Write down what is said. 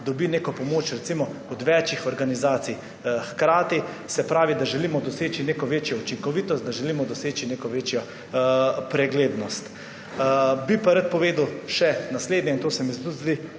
dobi neko pomoč recimo od več organizacij hkrati, se pravi, da želimo doseči neko večjo učinkovitost, da želimo doseči neko večjo preglednost. Bi pa rad povedal še naslednje, to se mi tudi